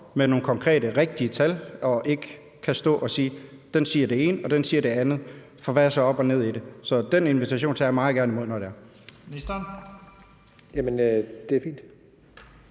med nogle konkrete, rigtige tal og ikke kan stå og sige, at den ene siger det og den anden siger noget andet, for hvad er så op og ned i det? Så den invitation tager jeg meget gerne imod. Kl.